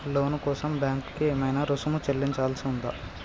లోను కోసం బ్యాంక్ కి ఏమైనా రుసుము చెల్లించాల్సి ఉందా?